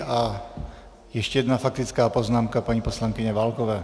A ještě jedna faktická poznámka paní poslankyně Válková.